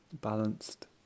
balanced